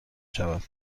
شود